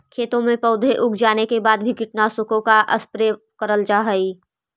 खेतों में पौधे उग जाने के बाद भी कीटनाशकों का स्प्रे करल जा हई